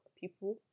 people